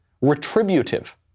Retributive